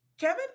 Kevin